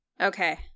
Okay